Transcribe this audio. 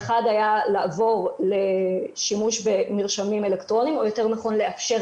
האחד היה לעבור לשימוש במרשמים אלקטרוניים או ותר נכון לאפשר